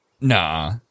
Nah